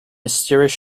mysterious